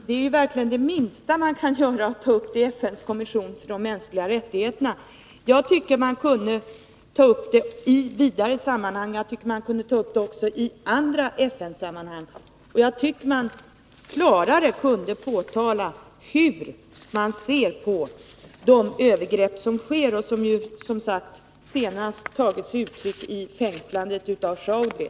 Herr talman! Att ta upp frågan i FN:s kommission för de mänskliga rättigheterna är verkligen det minsta man kan göra. Jag tycker att man kan ta upp ärendet i vidare sammanhang och i andra FN-sammanhang. Och man kan klarare påtala hur Sverige ser på de övergrepp som sker. Som sagt tog sig dessa övergrepp senast uttryck i fängslandet av Chaudry.